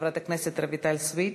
חברת הכנסת רויטל סויד.